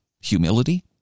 humility